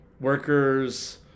workers